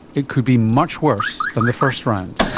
it could be much worse than the first round.